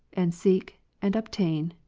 and seek, and obtain,